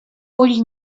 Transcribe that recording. ull